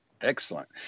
Excellent